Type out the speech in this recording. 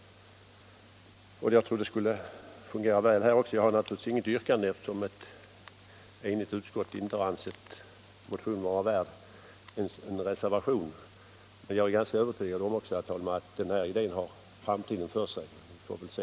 Jag tror det skulle fungera väl här också. Jag har naturligtvis inget yrkande, eftersom ett enigt utskott inte ansett motionen vara värd ens en reservation. Men jag är ganska övertygad om, fru talman, att denna idé har framtiden för sig. Vi får väl se.